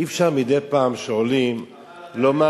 אי-אפשר מדי פעם שעולים לומר,